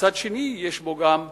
מצד שני יש בו גם ביקורת,